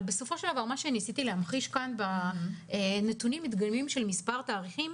ניסיתי להמחיש בנתונים המדגמיים של מספר תאריכים,